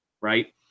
right